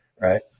Right